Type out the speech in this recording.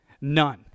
None